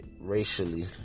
Racially